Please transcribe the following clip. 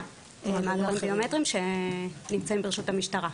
מאגרים ביומטריים שנמצאים ברשות המשטרה.